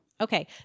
Okay